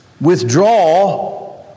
withdraw